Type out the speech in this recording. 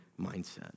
mindset